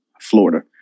Florida